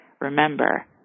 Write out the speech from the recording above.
Remember